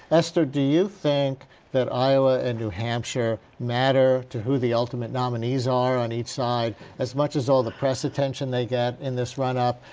ester, do you think that iowa and new hampshire matter to who the ultimate nominees are on each side as much as all the press attention they get in this runup?